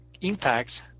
impacts